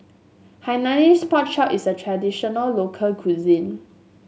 Hainanese Pork Chop is a traditional local cuisine